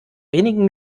wenigen